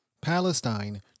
Palestine